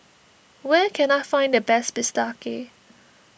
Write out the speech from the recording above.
where can I find the best Bistake